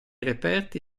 reperti